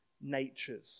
natures